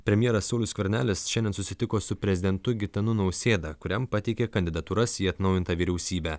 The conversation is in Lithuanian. premjeras saulius skvernelis šiandien susitiko su prezidentu gitanu nausėda kuriam pateikė kandidatūras į atnaujintą vyriausybę